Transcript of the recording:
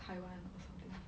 taiwan or something